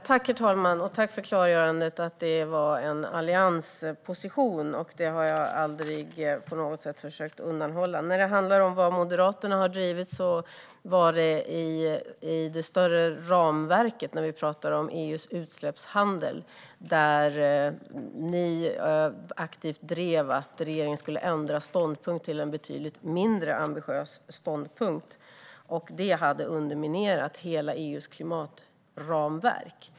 Herr talman! Jag tackar för klargörandet att det var en alliansposition. Det har jag aldrig på något sätt försökt undanhålla. När det gäller vad Moderaterna har drivit handlade det om det större ramverket, när vi pratade om EU:s utsläppshandel, där man aktivt drev att regeringen skulle ändra ståndpunkt till en som var betydligt mindre ambitiös. Det hade underminerat EU:s hela klimatramverk.